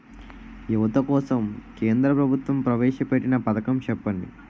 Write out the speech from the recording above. యువత కోసం కేంద్ర ప్రభుత్వం ప్రవేశ పెట్టిన పథకం చెప్పండి?